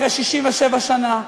אחרי 67 שנה,